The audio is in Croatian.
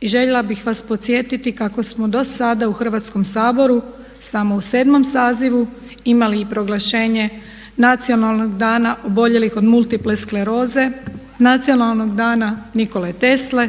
I željela bih vas podsjetiti kako smo do sada u Hrvatskom saboru samo u 7. sazivu imali proglašenje Nacionalnog dana oboljelih od multiple skleroze, Nacionalnog dana Nikole Tesle